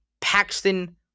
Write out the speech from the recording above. Paxton